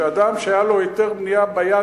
שאדם שהיה לו היתר בנייה ביד,